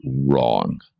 wrong